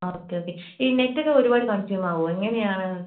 okay okay ഈ നെറ്റൊക്കെ ഒരുപാട് കൺസ്യൂമാവുമോ എങ്ങനെയാണ്